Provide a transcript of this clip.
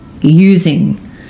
using